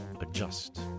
Adjust